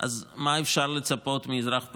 מה אפשר לצפות מאזרח פשוט?